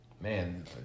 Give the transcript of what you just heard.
man